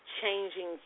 changing